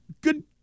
Good